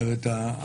זאת אומרת,